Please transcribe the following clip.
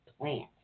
plant